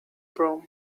broom